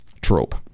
trope